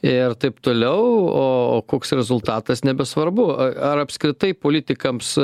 ir taip toliau o koks rezultatas nebesvarbu ar apskritai politikams